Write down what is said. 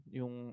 yung